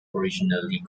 originally